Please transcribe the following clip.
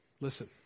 Listen